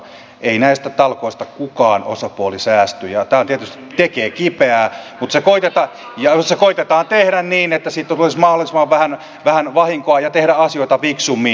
ei näistä talkoista kukaan osapuoli säästy ja tämä tietysti tekee kipeää mutta se koetetaan tehdä niin että siitä tulisi mahdollisimman vähän vahinkoa ja koetetaan tehdä asioita fiksummin